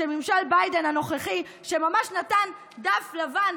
כשממשל ביידן הנוכחי ממש נתן דף לבן,